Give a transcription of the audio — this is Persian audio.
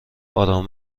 بودن